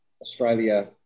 Australia